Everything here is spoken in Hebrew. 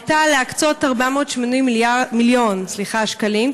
הייתה להקצות 480 מיליון שקלים,